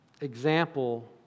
example